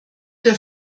der